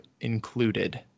included